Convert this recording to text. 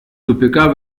тупика